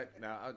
Now